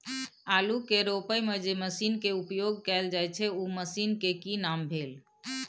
आलू के रोपय में जे मसीन के उपयोग कैल जाय छै उ मसीन के की नाम भेल?